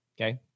Okay